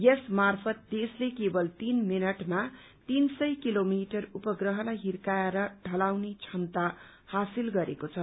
यस मार्फत देशले केवल तीन मिनटमा तीन सय किलोमिटर उपप्रहलाई हिर्काएर डाल्ने क्षमता हासिल गरेको छ